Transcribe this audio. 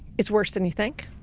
it's worse than you think,